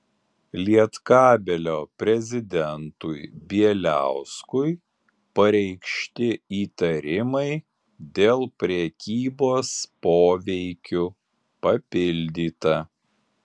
lietkabelio prezidentui bieliauskui pareikšti įtarimai dėl prekybos poveikiu papildyta